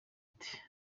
uti